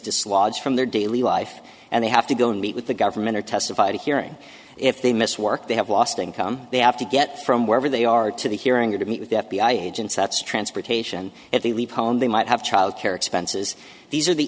dislodged from their daily life and they have to go and meet with the government or testify to hearing if they miss work they have lost income they have to get from wherever they are to the hearing or to meet with the f b i agents that's transportation if they leave home they might have childcare expenses these are the